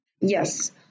Yes